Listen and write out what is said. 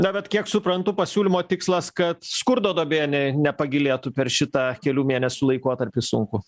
na bet kiek suprantu pasiūlymo tikslas kad skurdo duobėje ne nepagilėtų per šitą kelių mėnesių laikotarpį sunkų